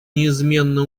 неизменно